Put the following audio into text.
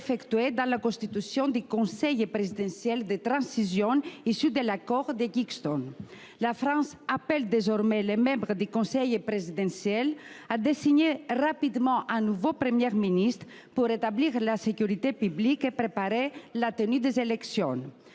dans la constitution du conseil présidentiel de transition issu de l’accord de Kingston. Elle appelle désormais les membres du conseil présidentiel à désigner rapidement un nouveau Premier ministre pour établir la sécurité publique et préparer la tenue des élections.